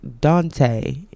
Dante